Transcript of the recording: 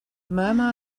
murmur